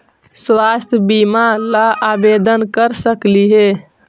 स्वास्थ्य बीमा ला आवेदन कर सकली हे?